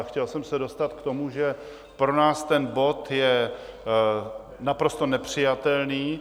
Chtěl jsem se dostat k tomu, že pro nás ten bod je naprosto nepřijatelný.